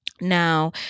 now